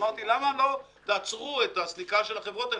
אמרתי: למה לא תעצרו את הסליקה של החברות האל?.